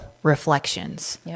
reflections